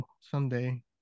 Someday